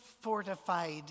fortified